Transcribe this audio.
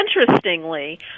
interestingly